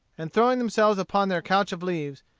and throwing themselves upon their couch of leaves,